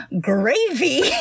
gravy